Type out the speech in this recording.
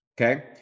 okay